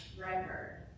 record